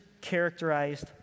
characterized